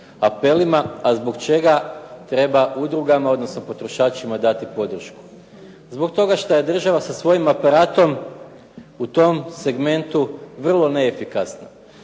apelima, a zbog čega treba udrugama, odnosno potrošačima dati podršku? Zbog toga što je država sa svojim aparatom u tom segmentu vrlo neefikasna.